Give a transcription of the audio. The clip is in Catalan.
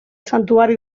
santuari